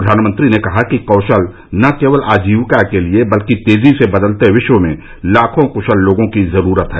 प्रधानमंत्री ने कहा कि कौशल न केवल आजीविका के लिए बल्कि तेजी से बदलते विश्व में लाखों कुशल लोगों की जरूरत है